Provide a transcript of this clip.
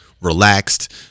relaxed